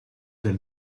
del